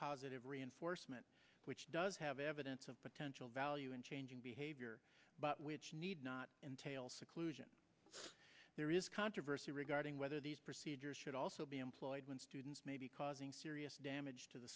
positive reinforcement which does have evidence of potential value in changing behavior but which need not entail seclusion there is controversy regarding whether these procedures should also be employed when students may be causing serious damage to the